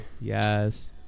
Yes